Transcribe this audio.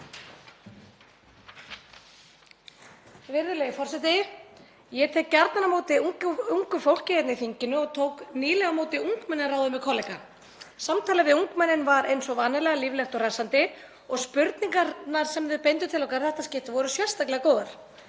Virðulegi forseti. Ég tek gjarnan á móti ungu fólki hérna í þinginu og tók nýlega á móti ungmennaráði með kollega. Samtalið við ungmennin var eins og vanalega líflegt og hressandi og spurningarnar sem þau beindu til okkar í þetta skiptið voru sérstaklega góðar.